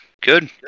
good